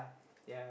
yeah